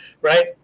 right